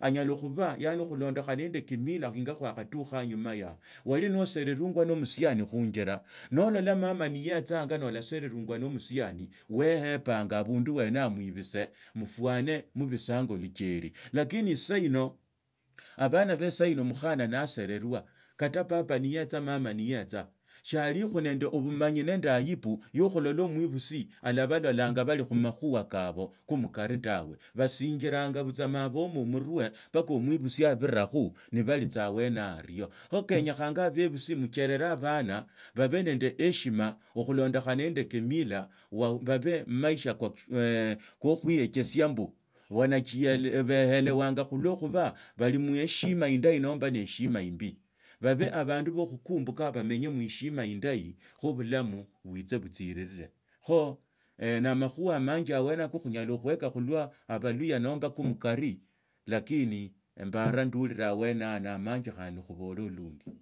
onyala khuba yaoni khulondakhanaa nende kimila singa kwacha tukha anyuma yaha woli notsererungwa no musiani wehipanga abandu bwena yaho muibitse murwane mubisanga lucheri lakini isa ino abana ba sahino mukhana nasarerwa kata papa niyetsa mama niyetsa shialikhu nende obumanyi nende ayibu yakhulola mwibusi olabalolanga bali khumakhiba kabo kumukari tawe basinjiranga butsa ne bahoma muwe mpaka mwibusi abirakhu neba tsa obwane yahoo ori kho kenyekhanga abebusi mucherera abana babe nande eheshima okhulo ndokha nznde kumila oaugabe amaisha kokhuiyechisia mbu beholewanga khulwa khuba bali muheshima indahi nombe neheshima imbi babe abandon ba khukumbela bamanye mu heshima indahi kho bulamu buitsa butsirire kho naamakhuha amanji abwene yahoo ko khunyala khuek khulwa abaluhya naomba ko mukari lakini embaraa andorilaa abwene yahoo na amanji khandi khubole lundi.